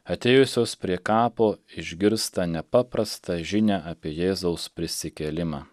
atėjusios prie kapo išgirsta nepaprastą žinią apie jėzaus prisikėlimą